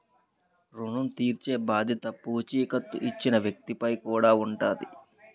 ఋణం తీర్చేబాధ్యత పూచీకత్తు ఇచ్చిన వ్యక్తి పై కూడా ఉంటాది